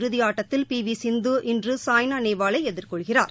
இறுதி ஆட்டத்தில் P V Sindhu இன்று சாய்னா நேவாலை எதிர்கொள்கிறார்